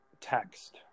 text